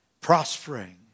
Prospering